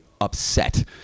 upset